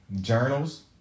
Journals